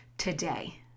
today